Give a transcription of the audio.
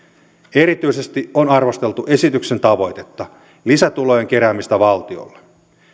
erityisesti on arvosteltu esityksen tavoitetta lisätulojen keräämistä valtiolle